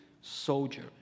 soldier